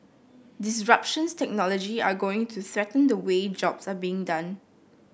disruptions technology are going to threaten the way jobs are being done